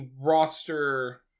roster